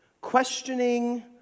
questioning